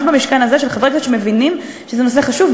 במשכן הזה של חברי כנסת שמבינים שזה נושא חשוב,